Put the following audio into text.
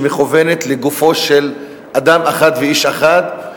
שמכוונת לגופו של אדם אחד ואיש אחד,